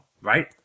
right